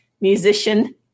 musician